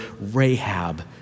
Rahab